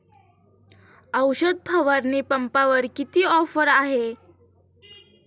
औषध फवारणी पंपावर किती ऑफर आहे?